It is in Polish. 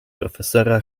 profesora